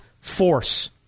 force